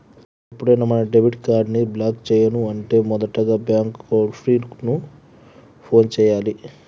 మనం ఎప్పుడైనా మన డెబిట్ కార్డ్ ని బ్లాక్ చేయను అంటే మొదటగా బ్యాంకు టోల్ ఫ్రీ కు ఫోన్ చేయాలి